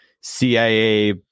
CIA